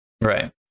Right